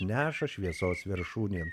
neša šviesos viršūnėn